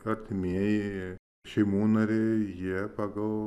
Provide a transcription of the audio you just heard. artimieji šeimų nariai jie pagal